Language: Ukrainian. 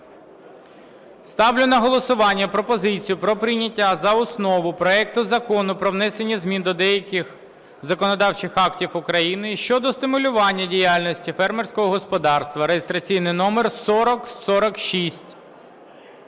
Ставлю на голосування пропозицію про прийняття за основу проекту Закону про внесення змін до деяких законодавчих актів України щодо стимулювання діяльності фермерських господарств (реєстраційний номер 4046).